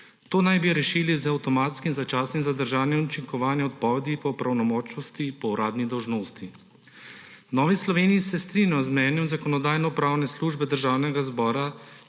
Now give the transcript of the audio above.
To naj bi rešili z avtomatskim začasnim zadržanjem učinkovanja odpovedi do pravnomočnosti po uradni dolžnosti. V Novi Sloveniji se strinjamo z mnenjem Zakonodajno-pravne službe Državnega zbora,